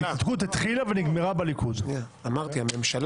אבל המקרה